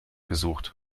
gesucht